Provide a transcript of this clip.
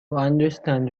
understand